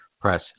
press